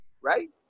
right